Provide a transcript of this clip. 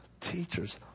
teachers